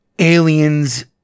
Aliens